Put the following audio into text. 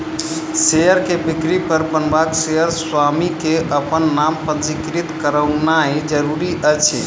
share के बिक्री पर नबका शेयर स्वामी के अपन नाम पंजीकृत करौनाइ जरूरी अछि